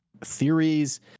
Theories